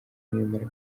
nirimara